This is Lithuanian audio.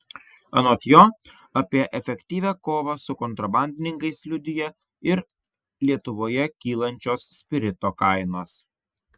anot jo apie efektyvią kovą su kontrabandininkais liudija ir lietuvoje kylančios spirito kainos